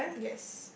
yes